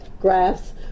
graphs